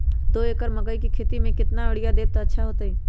दो एकड़ मकई के खेती म केतना यूरिया देब त अच्छा होतई?